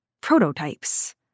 prototypes